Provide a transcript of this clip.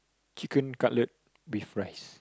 chicken cutlet with rice